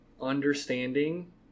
understanding